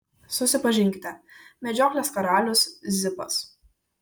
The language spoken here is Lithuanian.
susipažinkite medžioklės karalius zipas